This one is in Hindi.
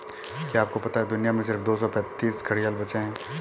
क्या आपको पता है दुनिया में सिर्फ दो सौ पैंतीस घड़ियाल बचे है?